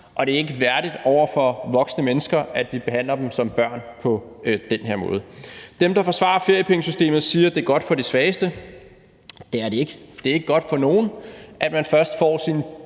og det er ikke værdigt over for voksne mennesker, at vi behandler dem som børn på den her måde. De, der forsvarer feriepengesystemet, siger, at det er godt for de svageste. Det er det ikke. Det er ikke godt for nogen, at man først får sine